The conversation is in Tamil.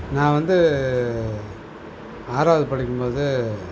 நான் வந்து ஆறாவது படிக்கும்போது